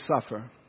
suffer